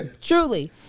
Truly